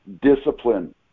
discipline